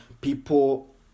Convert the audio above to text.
people